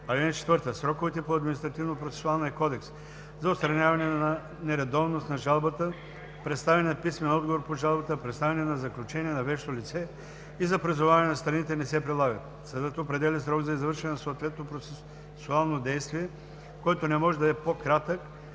в съда. (4) Сроковете по Административнопроцесуалния кодекс за отстраняване на нередовност на жалбата, представяне на писмен отговор по жалбата, представяне на заключение на вещо лице и за призоваване на страните не се прилагат. Съдът определя срок за извършване на съответното процесуално действие, който не може да е по-кратък